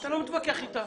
אתה לא מתווכח אתה.